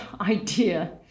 idea